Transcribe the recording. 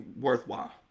worthwhile